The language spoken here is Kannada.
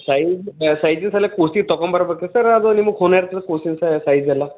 ಸೈಜ್ ಬ ಸೈಜಸೆಲ್ಲ ಕೂಸಿನ್ ತಗೊಂಡ್ಬರ್ಬೇಕಾ ಸರ್ ಅದು ನಿಮಗೆ ಖೂನ ಇರ್ತದೆ ಕೂಸಿನ ಸೈಜೆಲ್ಲ